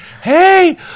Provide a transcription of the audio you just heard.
Hey